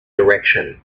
direction